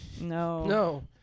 No